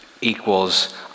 equals